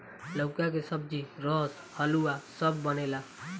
लउका के सब्जी, रस, हलुआ सब बनेला